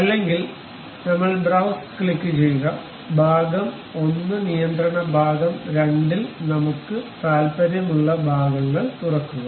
അല്ലെങ്കിൽ ഞങ്ങൾ browse click ചെയ്യുക ഭാഗം 1 നിയന്ത്രണ ഭാഗം 2 ൽ നമ്മുക്ക് താൽപ്പര്യമുള്ള ഭാഗങ്ങൾ തുറക്കുക